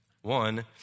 One